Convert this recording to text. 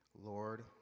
Lord